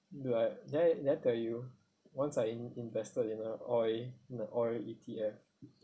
but did did I tell you once I in~ invested in a oil in a oil E_T_F